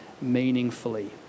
meaningfully